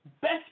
Best